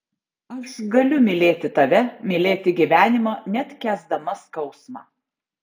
aš galiu mylėti tave mylėti gyvenimą net kęsdama skausmą